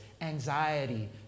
anxiety